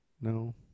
No